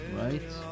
right